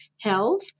health